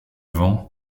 vents